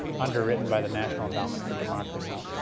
underwritten by the national endowment for democracy,